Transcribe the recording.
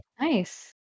Nice